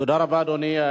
תודה רבה, אדוני.